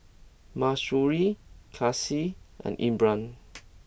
Mahsuri Kasih and Imran